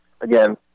again